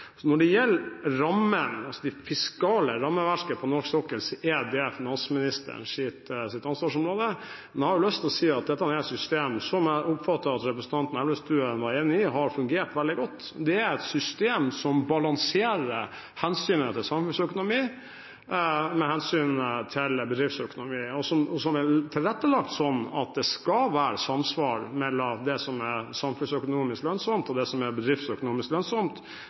Når det gjelder det fiskale rammeverket for norsk sokkel, er det finansministerens ansvarsområde. Men jeg har lyst til å si at dette er et system som – som jeg oppfattet at representanten Elvestuen var enig i – har fungert veldig godt. Det er et system som balanserer hensynet til samfunnsøkonomi med hensynet til bedriftsøkonomi, og som er tilrettelagt slik at det skal være samsvar mellom det som er samfunnsøkonomisk lønnsomt, og det som er bedriftsøkonomisk lønnsomt